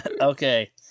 Okay